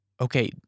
okay